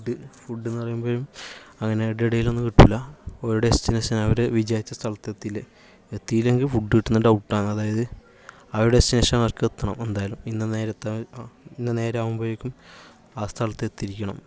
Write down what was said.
food food എന്ന് പറയുമ്പോഴും അങ്ങനെ അവിടെ ഇവിടെ എല്ലാം ഒന്നും കിട്ടുകയില്ല ഒരു ഡെസ്റ്റിനേഷൻ അവര് വിചാരിച്ച സ്ഥലത്ത് എത്തിയില്ലേൽ എത്തിയില്ലെങ്കിൽ ഫുഡ് കിട്ടുന്നത് ഡൗട്ട് ആണ് അതായത് ആ ഡെസ്റ്റിനേഷൻ മാർക്ക് എത്തണം എന്തായാലും ഇന്ന നേരത്ത് ഇന്ന നേരമാകുമ്പോയേക്കും ആ സ്ഥലത്തെത്തിയിരിക്കണം